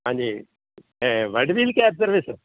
ਹਾਂਜੀ ਇਹ world wheel cab service